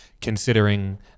considering